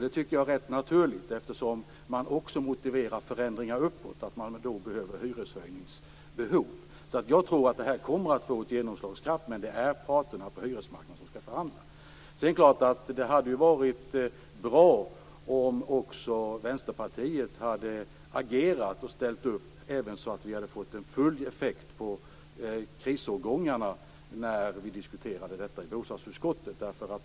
Det tycker jag är rätt naturligt, eftersom man också motiverar förändringar uppåt på motsvarande sätt. Jag tror att det kommer att få genomslag, men det är parterna på hyresmarknaden som skall förhandla. Det hade naturligtvis varit bra om också Vänsterpartiet hade ställt upp så att vi hade fått en full effekt på krisårgångarna när detta diskuterades i bostadsutskottet.